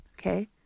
okay